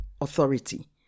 authority